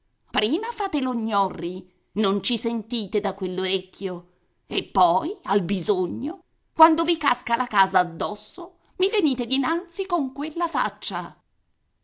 fate lo gnorri non ci sentite da quell'orecchio e poi al bisogno quando vi casca la casa addosso mi venite dinanzi con quella faccia